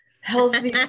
healthy